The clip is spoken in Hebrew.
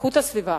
איכות הסביבה